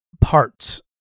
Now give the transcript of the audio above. parts